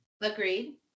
Agreed